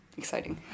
exciting